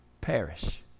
perish